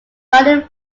welding